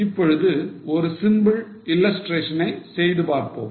இப்பொழுது ஒரு simple illustration ஐ செய்து பார்ப்போம்